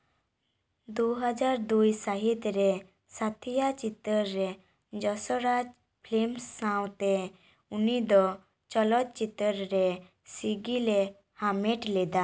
ᱫᱩ ᱦᱟᱡᱟᱨ ᱫᱩᱭ ᱥᱟᱹᱦᱤᱛ ᱨᱮ ᱥᱟᱛᱷᱤᱭᱟ ᱪᱤᱛᱟᱹᱨ ᱨᱮ ᱡᱚᱥᱚᱨᱟᱡᱽ ᱯᱷᱞᱤᱢ ᱥᱟᱶᱛᱮ ᱩᱱᱤ ᱫᱚ ᱪᱚᱞᱚᱛ ᱪᱤᱛᱟᱹᱨ ᱨᱮ ᱥᱤᱜᱤᱞᱮ ᱦᱟᱢᱮᱴ ᱞᱮᱫᱟ